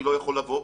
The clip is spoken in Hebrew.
אני לא יכול לבוא.